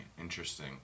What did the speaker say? Interesting